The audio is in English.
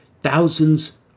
thousands